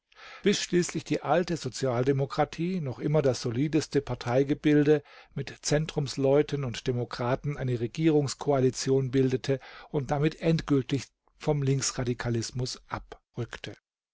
bis schließlich die alte sozialdemokratie noch immer das solideste parteigebilde mit zentrumsleuten und demokraten eine regierungskoalition bildete und damit endgültig vom linksradikalismus abrückte